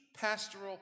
pastoral